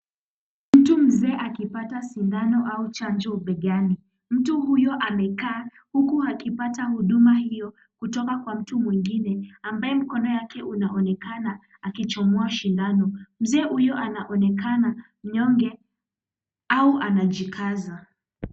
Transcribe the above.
Mtu mzee akipata sindano au chanjo begani. Mtu huyo amekaa huku akipata huduma hiyo kutoka kwa mtu mwingine ambaye mkono wake unaonekana akíchomoa sindano, mzee huÿo anaonekana mnyonge au anajikaza.